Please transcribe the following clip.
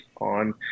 on